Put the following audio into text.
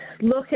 look